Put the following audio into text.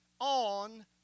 on